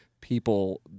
people –